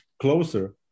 closer